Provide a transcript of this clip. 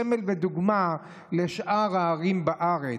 סמל ודוגמה לשאר הערים בארץ.